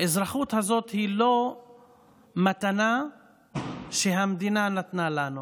האזרחות הזאת היא לא מתנה שהמדינה נתנה לנו.